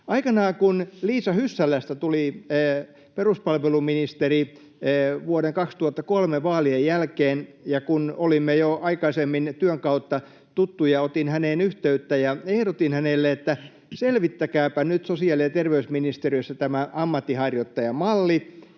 Aikanaan, kun Liisa Hyssälästä tuli peruspalveluministeri vuoden 2003 vaalien jälkeen ja kun olimme jo aikaisemmin työn kautta tuttuja, otin häneen yhteyttä ja ehdotin hänelle, että selvittäkääpä nyt sosiaali‑ ja terveysministeriössä tämä ammatinharjoittajamalli.